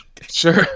sure